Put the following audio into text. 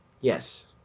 yes